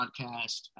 podcast